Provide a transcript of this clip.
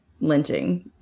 lynching